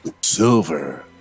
Silver